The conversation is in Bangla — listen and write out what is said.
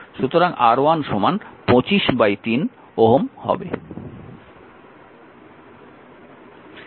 সুতরাং R1 253 Ω হবে